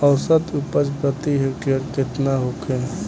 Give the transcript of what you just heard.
औसत उपज प्रति हेक्टेयर केतना होखे?